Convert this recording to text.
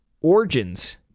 Origins